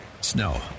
Snow